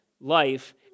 life